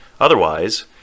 Otherwise